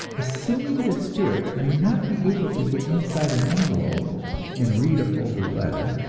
assuming that spirits may not be able to get inside an envelope and read a folded letter,